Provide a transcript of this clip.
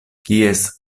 kies